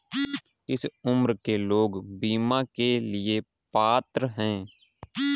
किस उम्र के लोग बीमा के लिए पात्र हैं?